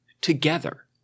together